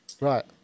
Right